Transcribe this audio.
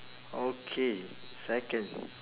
okay second